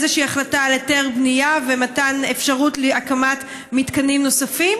איזושהי החלטה על היתר בנייה ומתן אפשרות להקמת מתקנים נוספים,